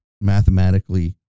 mathematically